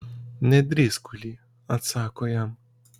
nedrįsk kuily atsako jam